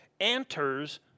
enters